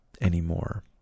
anymore